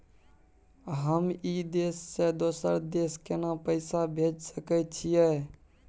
हम ई देश से दोसर देश केना पैसा भेज सके छिए?